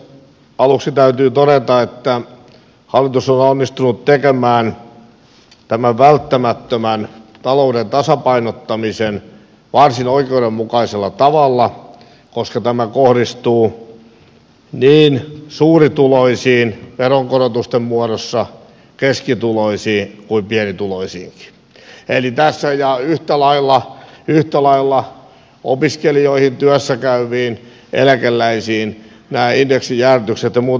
aluksi täytyy todeta että hallitus on onnistunut tekemään tämän välttämättömän talouden tasapainottamisen varsin oikeudenmukaisella tavalla koska tämä kohdistuu niin suurituloisiin veronkorotusten muodossa keskituloisiin kuin pienituloisiinkin ja yhtä lailla opiskelijoihin työssä käyviin eläkeläisiin nämä indeksijäädytykset ja muut